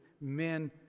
men